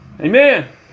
Amen